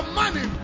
money